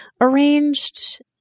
arranged